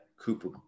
Cooper